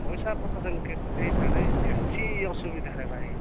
ପଇସାପତର୍ କେତେ ଦେଇଥାରେ ବେଶୀ ଅସୁବିଧାରେ ଭାଇ